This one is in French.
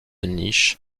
niches